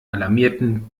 alarmierten